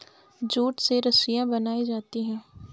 jute से रस्सियां बनायीं जाती है